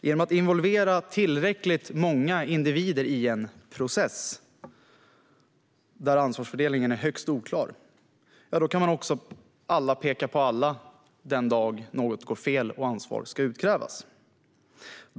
Genom att involvera tillräckligt många individer i en process där ansvarsfördelningen är högst oklar kan alla peka på alla den dag något går fel och ansvar ska utkrävas.